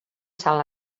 salt